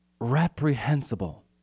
Reprehensible